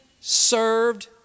served